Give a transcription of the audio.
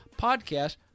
podcast